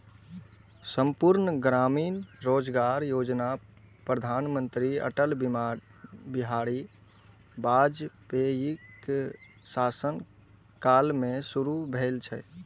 संपूर्ण ग्रामीण रोजगार योजना प्रधानमंत्री अटल बिहारी वाजपेयीक शासन काल मे शुरू भेल रहै